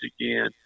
again